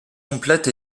complète